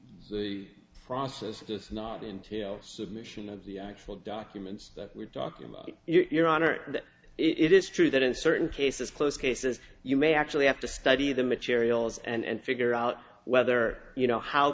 the process is not into submission of the actual documents that we're talking about your honor that it is true that in certain cases close cases you may actually have to study the materials and figure out whether you know how